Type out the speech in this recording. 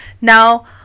Now